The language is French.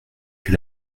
que